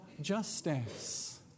justice